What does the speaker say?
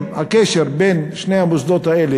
אם הקשר בין שני המוסדות האלה,